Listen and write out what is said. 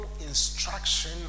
instruction